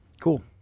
Cool